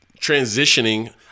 transitioning